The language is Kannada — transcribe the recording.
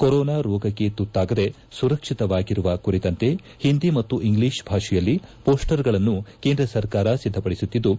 ಕೊರೊನಾ ರೋಗಕ್ಕೆ ತುತ್ತಾಗದೆ ಸುರಕ್ಷಿತವಾಗಿರುವ ಕುರಿತಂತೆ ಒಂದಿ ಮತ್ತು ಇಂಗ್ಲಿಷ್ ಭಾಷೆಯಲ್ಲಿ ಮೋಸ್ವರ್ಗಳನ್ನು ಕೇಂದ್ರ ಸರ್ಕಾರ ಸಿದ್ಧಪಡಿಸಿದ್ದು